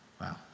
Wow